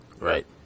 Right